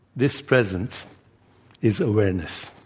this presence is awareness,